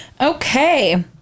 Okay